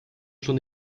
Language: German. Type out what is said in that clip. schon